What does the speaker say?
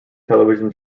television